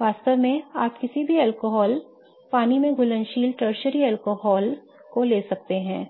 वास्तव में आप किसी भी अल्कोहल पानी में घुलनशील टर्शरी अल्कोहल ले सकते हैं